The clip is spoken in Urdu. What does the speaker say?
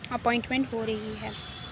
اپوائنٹمنٹ ہو رہی ہے